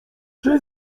czy